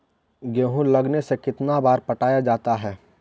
गेहूं लगने से कितना बार पटाया जाता है?